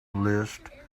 list